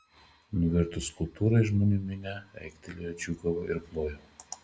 nuvirtus skulptūrai žmonių minia aikštėje džiūgavo ir plojo